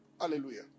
Hallelujah